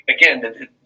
Again